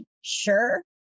sure